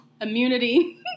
immunity